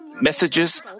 messages